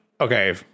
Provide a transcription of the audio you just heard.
okay